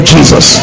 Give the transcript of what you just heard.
Jesus